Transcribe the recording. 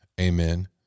Amen